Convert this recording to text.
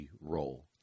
role